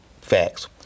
facts